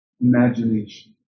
imagination